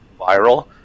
viral